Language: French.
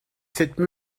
cette